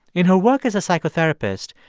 in her work as a psychotherapist,